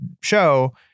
show